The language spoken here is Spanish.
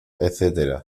etc